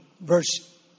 verse